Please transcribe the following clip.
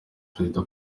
perezida